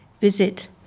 Visit